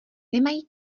nemají